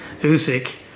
Usyk